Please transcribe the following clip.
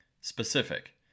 Specific